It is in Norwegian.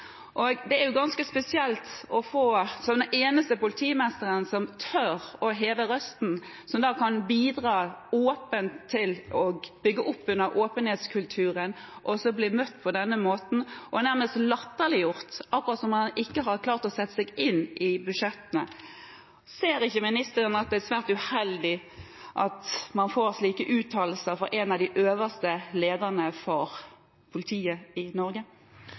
og det er ganske spesielt – som den eneste politimesteren som tør å heve røsten, som kan bidra til å bygge opp under åpenhetskulturen – å bli møtt på denne måten og nærmest bli latterliggjort, akkurat som om han ikke har klart å sette seg inn i budsjettene. Ser ikke ministeren at det er svært uheldig at det kommer slike uttalelser fra en av de øverste lederne for politiet i Norge?